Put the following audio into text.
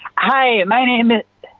hi, my name that,